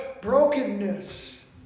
brokenness